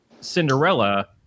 Cinderella